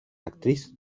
actriz